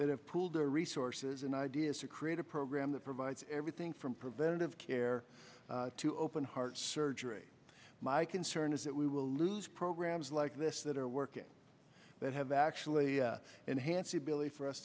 that have pooled their resources and ideas to create a program that provides everything from preventive care to open heart surgery my concern is that we will lose programs like this that are working that have actually enhance the ability for us